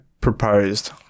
proposed